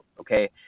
Okay